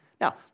Now